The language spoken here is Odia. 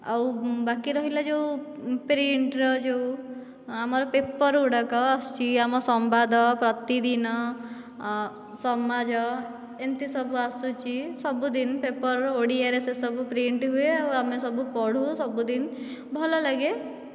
ଆଉ ବାକି ରହିଲା ଯେଉଁ ପ୍ରିଣ୍ଟ୍ର ଯେଉଁ ଆମର ପେପର ଗୁଡ଼ାକ ଆସୁଛି ଆମ ସମ୍ବାଦ ପ୍ରତିଦିନ ସମାଜ ଏମିତି ସବୁ ଆସୁଛି ସବୁଦିନ ପେପର ଓଡ଼ିଆରେ ସେ ସବୁ ପ୍ରିଣ୍ଟ୍ ହୁଏ ଆଉ ଆମେ ସବୁ ପଢ଼ୁ ସବୁଦିନ ଭଲ ଲାଗେ